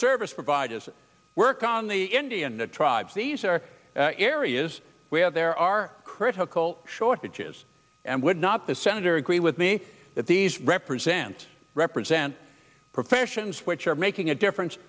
service providers work on the indian tribes these are areas where there are critical shortages and would not the senator agree with me that these represent represent professions which are making a difference